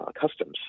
customs